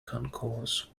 concourse